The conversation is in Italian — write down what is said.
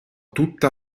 tutta